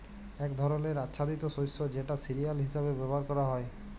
এক ধরলের আচ্ছাদিত শস্য যেটা সিরিয়াল হিসেবে ব্যবহার ক্যরা হ্যয়